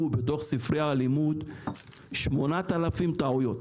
בתוך ספרי הלימוד שמונת אלפים טעויות.